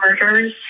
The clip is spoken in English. murders